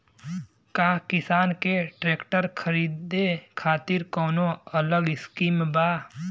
का किसान के ट्रैक्टर खरीदे खातिर कौनो अलग स्किम बा?